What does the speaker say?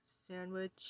sandwich